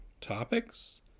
Topics